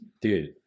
dude